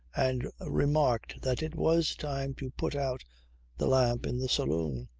and remarked that it was time to put out the lamp in the saloon.